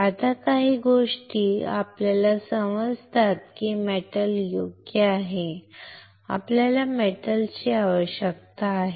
आता काही गोष्टी आपल्याला समजतात की मेटल योग्य आहे आपल्याला मेटल ची आवश्यकता आहे